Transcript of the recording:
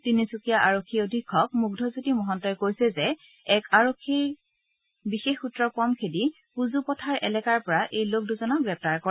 তিনচুকীয়াৰ আৰক্ষী অধীক্ষক মুঙ্গজ্যোতি মহস্তই কৈছে যে এক আৰক্ষীয়ে বিশেষ সূত্ৰৰ পম খেদি কুজুপথাৰ এলেকাৰ পৰা এই লোক দুজনক গ্ৰেপ্তাৰ কৰে